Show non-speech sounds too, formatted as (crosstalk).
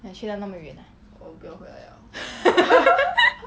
去到这么远 ah (laughs)